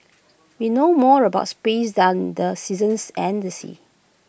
we know more about space than the seasons and the seas